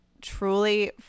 truly